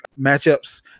matchups